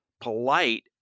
polite